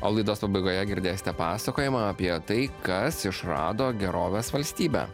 o laidos pabaigoje girdėsite pasakojimą apie tai kas išrado gerovės valstybę